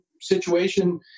situation